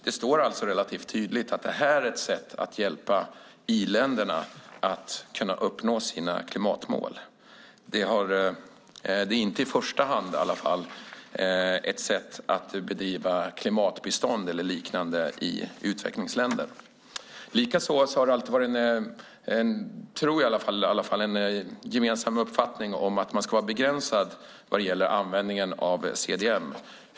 Det står alltså relativt tydligt att det är ett sätt att hjälpa i-länderna att uppnå sina klimatmål. Det är i alla fall inte i första hand ett sätt att ge klimatbistånd eller liknande i utvecklingsländerna. Det har alltid varit en gemensam uppfattning, tror jag i alla fall, att man ska vara restriktiv vad gäller användningen av CDM.